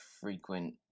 frequent